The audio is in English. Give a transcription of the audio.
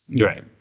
Right